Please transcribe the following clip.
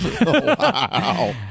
Wow